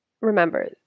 Remember